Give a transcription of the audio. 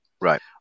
Right